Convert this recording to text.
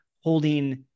holding